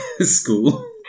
school